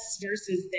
versus